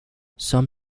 some